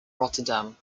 rotterdam